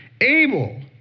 Abel